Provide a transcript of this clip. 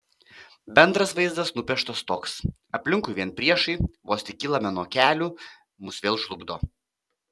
bendras vaizdas nupieštas toks aplinkui vien priešai vos tik kylame nuo kelių mus vėl žlugdo